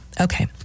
Okay